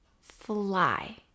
fly